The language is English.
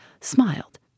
smiled